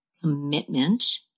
commitment